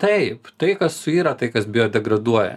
taip tai kas suyra tai kas bio degraduoja